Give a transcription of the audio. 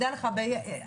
תדע לך,